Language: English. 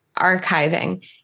archiving